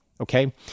okay